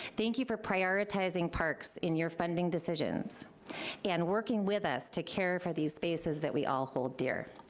thank you for prioritizing parks in your funding decisions and working with us to care for these spaces that we all hold dear.